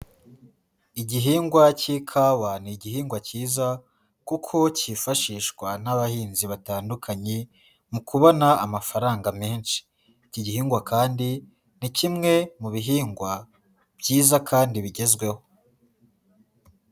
Igihingwa cy'ikawa ni igihingwa cyiza kuko cyifashishwa n'abahinzi batandukanye mu kubona amafaranga menshi. Iki gihingwa kandi ni kimwe mu bihingwa byiza kandi bigezweho.